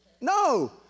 No